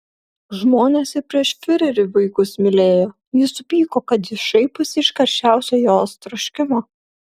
žmonės ir prieš fiurerį vaikus mylėjo ji supyko kad jis šaiposi iš karščiausio jos troškimo